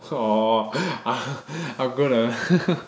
orh I'm gonna